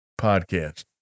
podcast